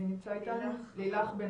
מי נמצא איתנו ממכבי?